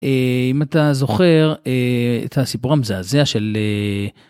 אם אתה זוכר את הסיפור המזעזע של.